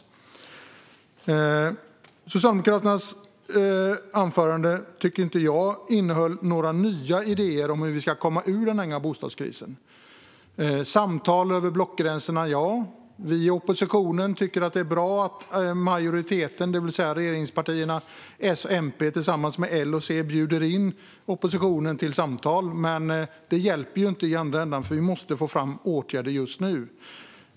Anförandet från Socialdemokraterna tycker jag inte innehöll några nya idéer om hur vi ska komma ur denna bostadskris. Vi säger ja till samtal över blockgränserna. Vi i oppositionen tycker att det är bra att majoriteten - regeringspartierna S och MP tillsammans med L och C - bjuder in oppositionen till samtal. Men det hjälper inte i andra ändan, eftersom vi måste vidta åtgärder just nu.